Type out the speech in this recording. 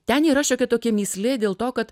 ten yra šiokia tokia mįslė dėl to kad